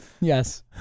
Yes